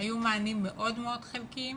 היו מענים מאוד מאוד חלקיים